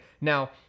Now